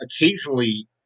occasionally